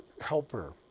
helper